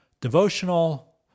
devotional